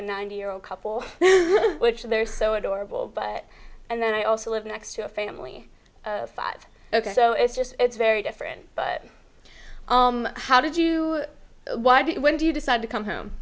a ninety year old couple which there are so adorable but and then i also live next to a family of five ok so it's just it's very different but how did you why be when do you decide to come home